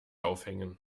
aufhängen